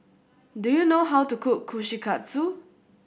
do you know how to cook Kushikatsu